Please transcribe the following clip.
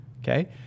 Okay